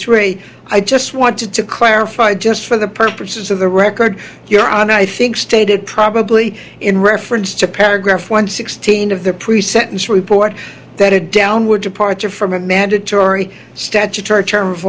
three i just wanted to clarify just for the purposes of the record your honor i think stated probably in reference to paragraph one sixteen of the pre sentence report that a downward departure from a mandatory statutory term of